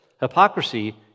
Hypocrisy